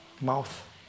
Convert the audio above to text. mouth